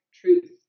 truth